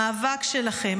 המאבק שלכם,